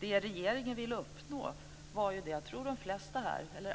Det regeringen ville uppnå var det som jag tror att